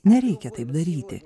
nereikia taip daryti